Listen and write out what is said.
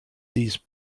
these